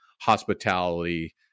hospitality